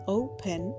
open